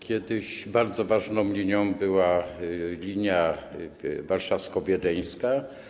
Kiedyś bardzo ważną linią była linia warszawsko-wiedeńska.